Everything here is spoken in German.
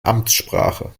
amtssprache